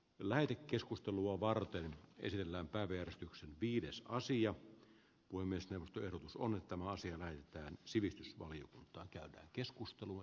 lähetekeskustelua varten esillä päivi herätyksen piirissä asia kuin miesten työ on nyt tämä asia näyttää arvoisa herra puhemies